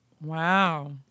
Wow